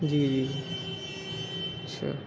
جی جی اچھا